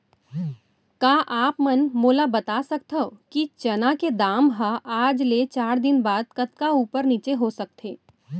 का आप मन मोला बता सकथव कि चना के दाम हा आज ले चार दिन बाद कतका ऊपर नीचे हो सकथे?